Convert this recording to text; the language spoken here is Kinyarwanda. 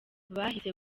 bahise